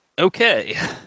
Okay